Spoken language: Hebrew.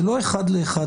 זה לא אחד לאחד,